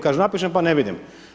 Kaže napišem pa ne vidim.